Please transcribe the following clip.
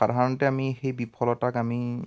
সাধাৰণতে আমি সেই বিফলতাক আমি